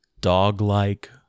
dog-like